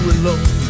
alone